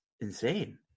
insane